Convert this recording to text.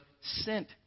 sent